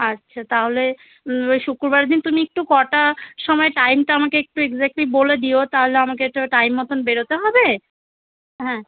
আচ্ছা তাহলে ওই শুক্রবার দিন তুমি একটু কটা সময় টাইমটা আমাকে একটু এক্স্যাক্টলি বলে দিও তাহলে আমাকে তো টাইম মতন বেরোতে হবে হ্যাঁ